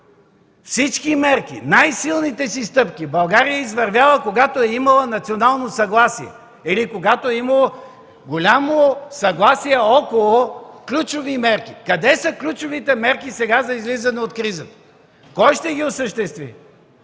Заради това най-силните си стъпки България е извървяла когато е имала национално съгласие или когато е имало голямо съгласие около ключови мерки. Къде са ключовите мерки сега за излизане от кризата? Кой ще ги осъществи?